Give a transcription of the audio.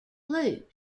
blues